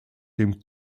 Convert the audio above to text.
dem